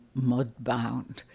Mudbound